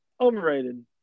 overrated